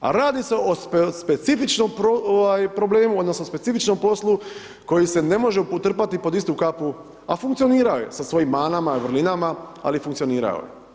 A radi se o specifičnom problemu odnosno o specifičnom poslu koji se ne može potrpati pod istu kapu, a funkcionirao je sa svojim manama, vrlinama, ali funkcionirao je.